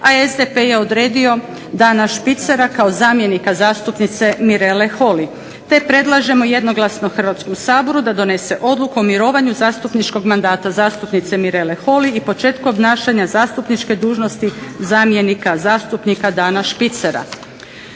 a SDP je odredio Dana Špicera kao zamjenika zastupnice Mirele Holy te predlažemo jednoglasno Hrvatskom saboru da donese Odluku o mirovanju zastupničkog mandata zastupnice Mirele Holy i početku obnašanja zastupničke dužnosti zamjenika zastupnika Dana Špicera.